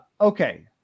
okay